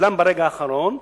נבלם ברגע האחרון".